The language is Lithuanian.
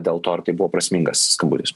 dėl to ar tai buvo prasmingas skambutis